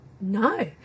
No